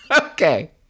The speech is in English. Okay